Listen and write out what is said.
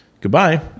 Goodbye